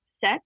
set